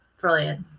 brilliant